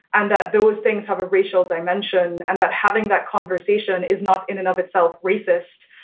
and that those things have a racial dimension and that having that conversation is not in and of itself racist,